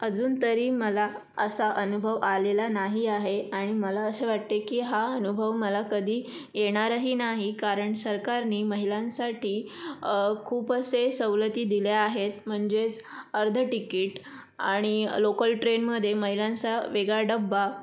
अजून तरी मला असा अनुभव आलेला नाही आहे आणि मला असे वाटते की हा अनुभव मला कधी येणारही नाही कारण सरकारने महिलांसाठी खूप असे सवलती दिल्या आहेत म्हणजेच अर्धं तिकीट आणि लोकल ट्रेनमध्ये महिलांचा वेगळा डब्बा